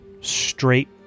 straight